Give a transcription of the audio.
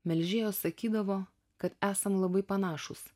melžėjos sakydavo kad esam labai panašūs